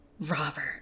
Robert